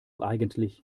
eigentlich